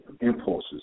impulses